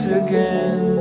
again